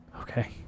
Okay